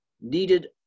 needed